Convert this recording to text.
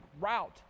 route